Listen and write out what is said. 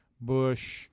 Bush